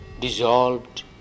dissolved